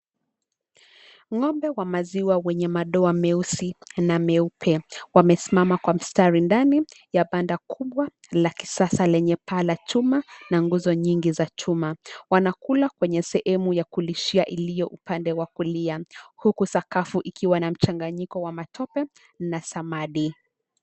Ngombe wa maziwa wenye madoa meusi na meupe, wamesimama kwa mstari ndani ya panda kubwa la kisasa lenye paa la chuma na nguzo nyingi za chuma, wanakula kwenye sehemu ya kulishia iliyo upande wa kulia huku sakafu ikiwa na mchanganyiko wa matope na samadi.